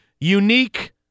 unique